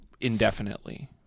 indefinitely